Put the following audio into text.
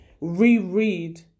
reread